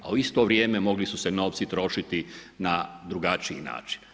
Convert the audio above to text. A u isto vrijeme mogli su se novci trošiti na drugačiji način.